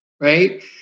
right